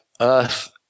earth